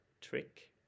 trick